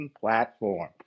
platform